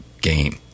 game